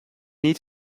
need